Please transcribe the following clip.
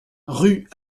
rue